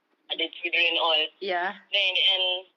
ada children all then in the end